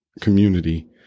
community